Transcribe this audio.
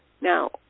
Now